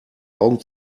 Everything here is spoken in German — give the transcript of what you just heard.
augen